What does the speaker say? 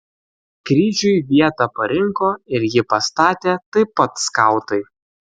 kryžiui vietą parinko ir jį pastatė taip pat skautai